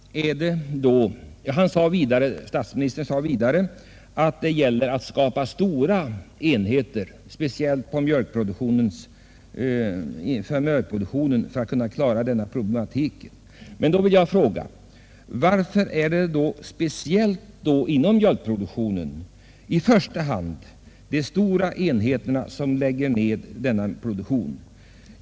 Statsministern sade vidare att det gäller att skapa stora enheter speciellt för mjölkproduktionen. Men varför är det då särskilt inom mjölkproduktionen som de stora enheterna i första hand lägger ned produktionen?